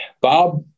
Bob